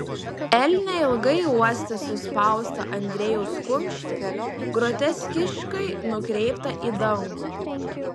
elnė ilgai uostė suspaustą andriejaus kumštį groteskiškai nukreiptą į dangų